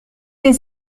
les